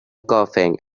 coughing